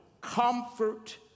comfort